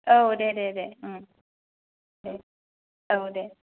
दे दे दे उम दे